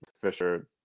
Fisher